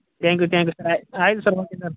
thank you thank you sir ಆಯಿತು sir okay sir